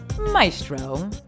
maestro